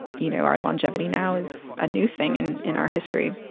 you know, our longevity now is a new thing and in our history.